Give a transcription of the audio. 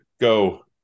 go